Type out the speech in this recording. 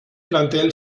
plantel